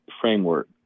framework